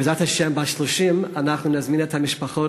ובעזרת השם בַּשלושים נזמין את המשפחות